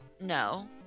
no